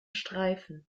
streifen